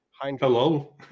hello